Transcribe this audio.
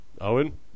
Owen